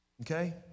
okay